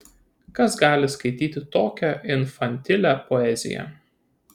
kas gali skaityti tokią infantilią poeziją